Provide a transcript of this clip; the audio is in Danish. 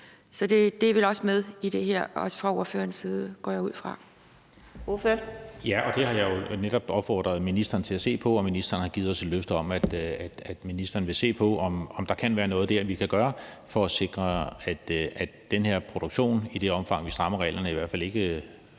Så det er vel også med i det her, også fra ordførerens side, går jeg ud fra.